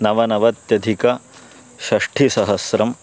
नवनवत्यधिकषष्ठिसहस्रं